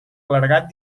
clergat